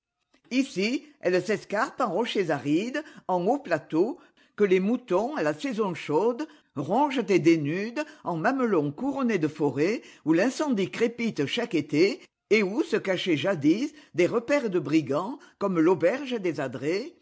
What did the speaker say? ici elle s'escarpe en rochers arides en hauts plateaux que les moutons à la saison chaude rongent et dénudent en mamelons couronnés de forêts où l'incendie crépite chaque été et où se cachaient jadis des repaires de brigands comme l'auberge des adrets